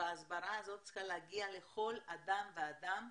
וההסברה הזאת צריכה להגיע לכל אדם ואדם,